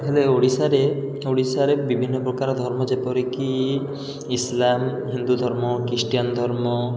ହେଲେ ଓଡ଼ିଶାରେ ଓଡ଼ିଶାରେ ବିଭିନ୍ନପ୍ରକାର ଧର୍ମ ଯେପରିକି ଇସଲାମ ହିନ୍ଦୁଧର୍ମ ଖ୍ରୀଷ୍ଟିଆନ୍ ଧର୍ମ